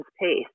pace